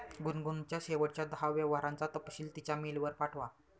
गुनगुनच्या शेवटच्या दहा व्यवहारांचा तपशील तिच्या मेलवर पाठवा